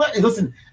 listen